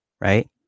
Right